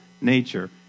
nature